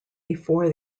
before